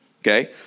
Okay